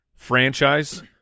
franchise